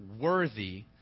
worthy